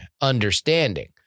understanding